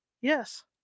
Yes